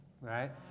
right